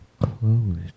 closed